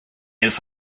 his